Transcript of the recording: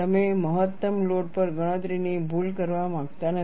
તમે મહત્તમ લોડ પર ગણતરીની ભૂલ કરવા માંગતા નથી